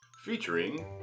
Featuring